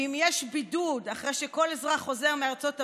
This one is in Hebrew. ואם יש בידוד אחרי שכל אזרח חוזר מארצות הברית,